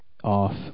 off